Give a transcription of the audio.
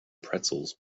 pretzels